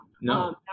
no